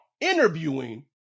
interviewing